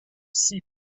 sea